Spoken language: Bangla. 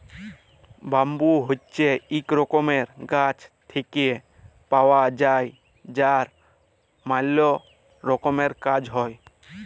ব্যাম্বু হছে ইক রকমের গাছ থেক্যে পাওয়া যায় যার ম্যালা রকমের কাজ হ্যয়